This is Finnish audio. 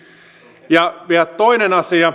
ja vielä toinen asia